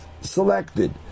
selected